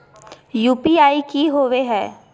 UPI की होवे हय?